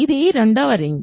ఇది రెండవ రింగ్